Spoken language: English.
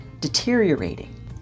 deteriorating